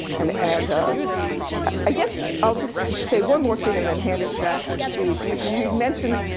and and i guess i'll just say one more thing and then hand it back to steve. you you mentioned